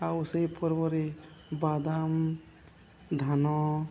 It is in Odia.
ଆଉ ସେଇ ପର୍ବରେ ବାଦାମ ଧାନ